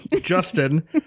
Justin